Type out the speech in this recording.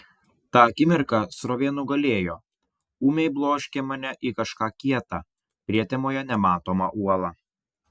tą akimirką srovė nugalėjo ūmiai bloškė mane į kažką kieta prietemoje nematomą uolą